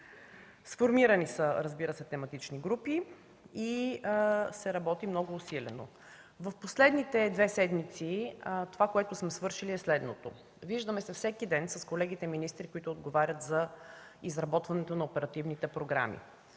Сформирани са, разбира се, тематични групи и се работи много усилено. В последните две седмици това, което сме свършили, е следното. Виждаме се всеки ден с колегите министри, които отговарят за изработването на оперативните програми,